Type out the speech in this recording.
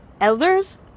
elders